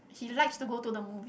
he likes to go to the movie